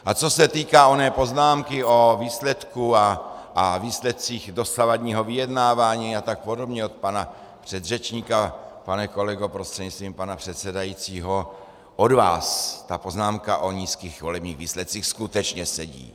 A co se týká oné poznámky o výsledku a výsledcích dosavadního vyjednávání a tak podobně od pana předřečníka pane kolego prostřednictvím pana předsedajícího, od vás ta poznámka o nízkých volebních výsledcích skutečně sedí.